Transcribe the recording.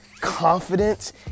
confidence